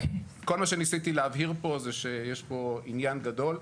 כל מה שניסיתי להבהיר פה זה שיש פה עניין גדול.